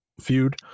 feud